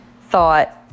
thought